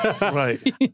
Right